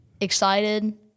excited